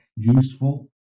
useful